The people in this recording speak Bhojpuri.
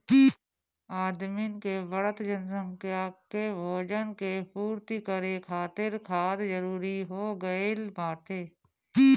आदमिन के बढ़त जनसंख्या के भोजन के पूर्ति करे खातिर खाद जरूरी हो गइल बाटे